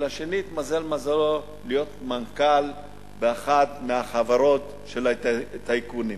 והשני התמזל מזלו להיות מנכ"ל באחת מהחברות של הטייקונים.